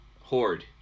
Horde